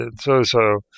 so-so